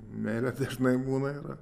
meilė dažnai būna yra